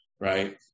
right